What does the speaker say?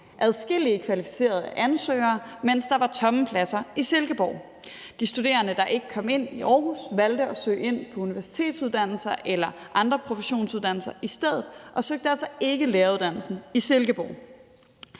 adskillige kvalificerede ansøger, mens der var tomme pladser i Silkeborg. De studerende, der ikke kom ind i Aarhus, valgte at søge ind på universitetsuddannelser eller andre professionsuddannelser i stedet og søgte altså ikke læreruddannelsen i Silkeborg.